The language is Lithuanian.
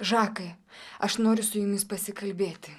žakai aš noriu su jumis pasikalbėti